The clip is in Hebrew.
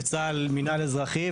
וצה"ל מינהל אזרחי,